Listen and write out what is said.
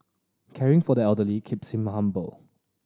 caring for the elderly keeps him humble